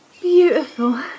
Beautiful